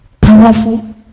powerful